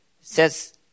says